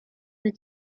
the